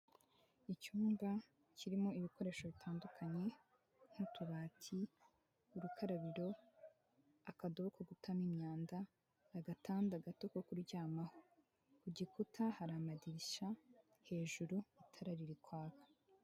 Icyumba kirimo ibikoresho bitandukanye nk'utubati, urukarabiro, akadobo ko gutamo imyanda, agatanda gato ko kuryamaho, ku gikuta hari amadirishya, hejuru itara riri kwaka.